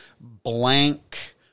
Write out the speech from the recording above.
blank